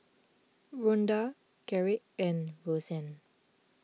Ronda Garrick and Rozanne